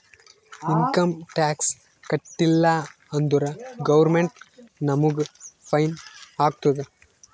income tax ಕಟ್ಟೀಲ ಅಂದುರ್ government ನಮುಗ್ ಫೈನ್ ಹಾಕ್ತುದ್